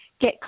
get